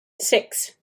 six